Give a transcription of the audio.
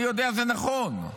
אני יודע, זה נכון.